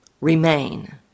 remain